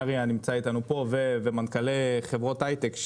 מריאן נמצא איתנו פה ומנכ"לי חברות היי-טק,